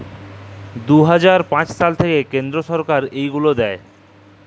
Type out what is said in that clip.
দু হাজার পাঁচ সাল থ্যাইকে কেলদ্র ছরকার ইগলা দেয়